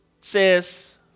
says